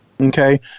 Okay